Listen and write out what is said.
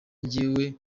njyewe